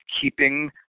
keeping